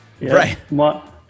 Right